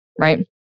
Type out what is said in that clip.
right